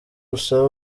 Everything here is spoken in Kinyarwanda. usabe